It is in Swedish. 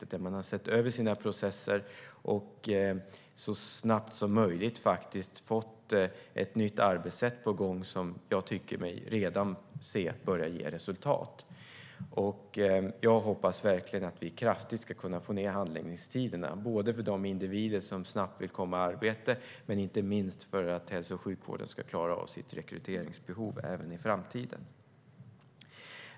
Socialstyrelsen har sett över sina processer och snabbt fått ett nytt arbetssätt på gång som jag tycker mig se redan börjar ge resultat. Jag hoppas verkligen att vi kan korta ned handläggningstiderna kraftigt för de individer som snabbt vill komma i arbete och inte minst för att hälso och sjukvården ska klara av sitt rekryteringsbehov även i framtiden.